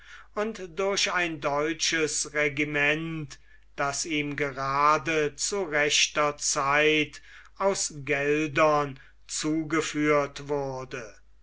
und durch ein deutsches regiment das ihm gerade zu rechter zeit aus geldern zugeführt wurde